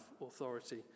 authority